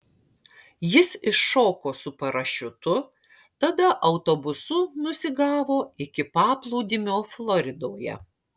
jis iššoko su parašiutu tada autobusu nusigavo iki paplūdimio floridoje